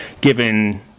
given